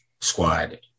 squad